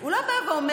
הוא לא בא ואומר,